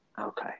Okay